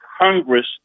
Congress